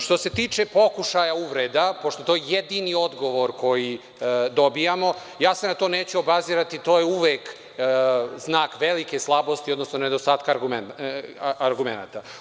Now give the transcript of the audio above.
Što se tiče pokušaja uvreda, pošto je to jedini odgovor koji dobijamo, na to se neću obazirati, to je uvek znak velike slabosti, odnosno nedostatka argumenata.